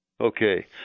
Okay